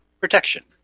protection